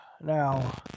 now